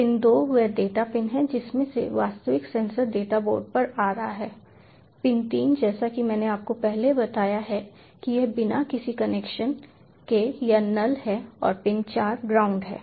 pin 2 वह data pin है जिसमें से वास्तविक सेंसर डेटा बोर्ड पर आ रहा है पिन 3 जैसा कि मैंने आपको पहले बताया है कि यह बिना किसी कनेक्शन के या नल है और पिन 4 ग्राउंड है